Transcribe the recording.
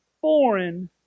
foreign